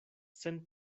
sen